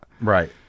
right